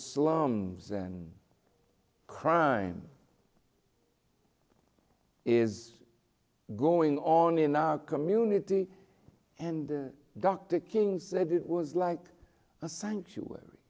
slums and crime is going on in the community and dr king said it was like a sanctuary